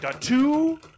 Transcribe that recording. Two